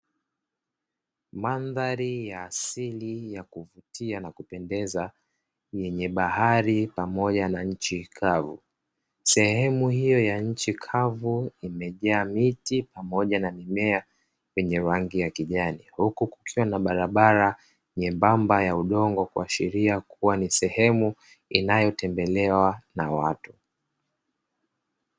Mandhari ya asili ya kuvutia na kupendeza yenye bahari pamoja na nchi kavu, sehemu hiyo ya nchi kavu imejaa miti pamoja na mimea yenye rangi ya kijani, huku kukiwa na barabara nyembamba ya udongo kuashiria kuwa ni sehemu inayo tembelewa na watu.